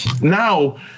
now